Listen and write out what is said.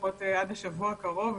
לפחות עד השבוע הקרוב,